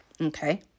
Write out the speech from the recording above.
Okay